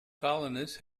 colonists